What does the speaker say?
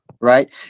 right